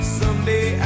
someday